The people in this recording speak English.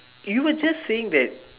you were just saying that